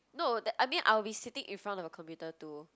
no that I mean I'll be sitting in front of the computer too